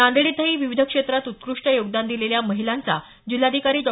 नांदेड इथंही विविध क्षेत्रात उत्कृष्ट योगदान दिलेल्या महिलांचा जिल्हाधिकारी डॉ